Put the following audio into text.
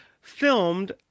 filmed